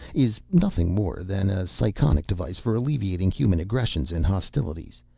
is nothing more than a psychonic device for alleviating human aggressions and hostilities.